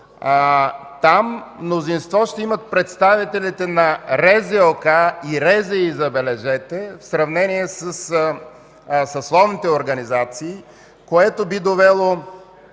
Там мнозинство ще имат представителите на РЗОК и РЗИ – забележете – в сравнение със съсловните организации, което би довело